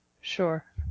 Sure